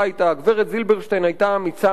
הגברת זילברשטיין היתה אמיצה מאוד.